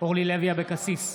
אורלי לוי אבקסיס,